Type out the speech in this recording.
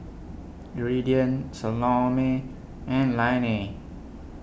Iridian Salome and Lainey